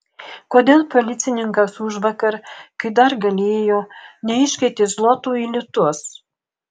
kodėl policininkas užvakar kai dar galėjo neiškeitė zlotų į litus